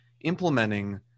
implementing